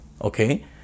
okay